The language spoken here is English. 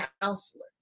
counselor